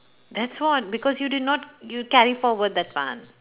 that's why because you did not you carry forward that one